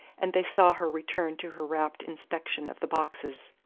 and they saw her return to her rapt inspection of the boxes.